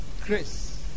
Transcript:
Chris